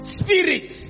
spirit